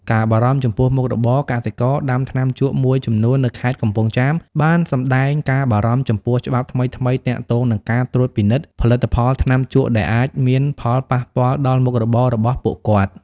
ការបារម្ភចំពោះមុខរបរ កសិករដាំថ្នាំជក់មួយចំនួននៅខេត្តកំពង់ចាមបានសម្តែងការបារម្ភចំពោះច្បាប់ថ្មីៗទាក់ទងនឹងការត្រួតពិនិត្យផលិតផលថ្នាំជក់ ដែលអាចមានផលប៉ះពាល់ដល់មុខរបររបស់ពួកគាត់។